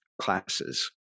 classes